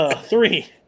Three